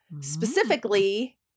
specifically